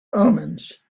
omens